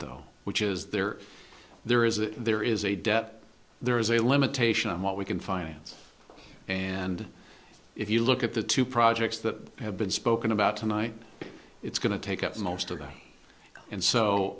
though which is there are there is a there is a debt there is a limitation on what we can finance and if you look at the two projects that have been spoken about tonight it's going to take up most of that and so